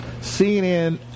CNN